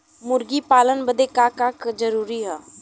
मुर्गी पालन बदे का का जरूरी ह?